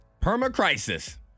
Permacrisis